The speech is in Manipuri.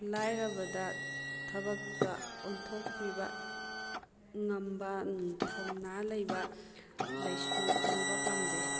ꯂꯥꯏꯔꯕꯗ ꯊꯕꯛꯇ ꯑꯣꯟꯊꯣꯛꯄꯤꯕ ꯉꯝꯕ ꯊꯧꯅꯥ ꯂꯩꯕ ꯂꯥꯏꯁꯨ ꯈꯪꯕ ꯄꯥꯝꯖꯩ